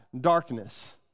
darkness